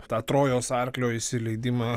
tą trojos arklio įsileidimą